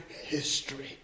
history